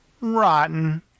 rotten